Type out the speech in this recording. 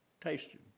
tasted